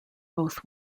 both